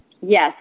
Yes